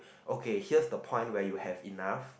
okay here's the point where you have enough